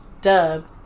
dub